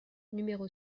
numéro